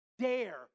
dare